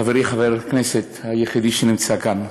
חברי חבר הכנסת היחידי שנמצא כאן,